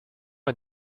est